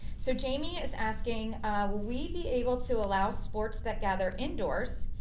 so jamie is asking we be able to allow sports that gather indoors,